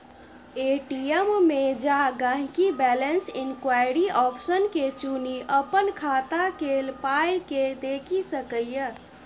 ATM मे जा गांहिकी बैलैंस इंक्वायरी आप्शन के चुनि अपन खाता केल पाइकेँ देखि सकैए